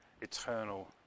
eternal